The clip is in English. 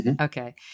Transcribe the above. Okay